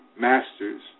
Masters